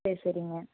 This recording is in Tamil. சரி சரிங்க